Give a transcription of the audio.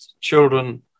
children